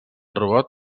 robot